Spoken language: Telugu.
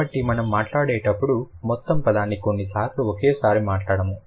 కాబట్టి మనం మాట్లాడేటప్పుడు మొత్తం పదాన్ని కొన్నిసార్లు ఒకేసారి మాట్లాడము